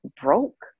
broke